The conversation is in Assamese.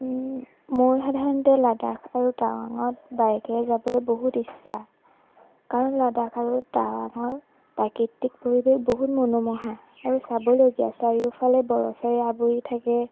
মোৰ সাধাৰণতে লাডাখ আৰু টাৱাঙত বাইকেৰে যাবলৈ বহুত ইচ্ছা কাৰণ লাডাখ আৰু টাৱাঙৰ প্ৰাকৃতিক পৰিৱেশ বহুত মনোমোহা আৰু চাবলগীয়া চাৰিওফালে বৰফেৰে আৱৰি থাকে